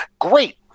great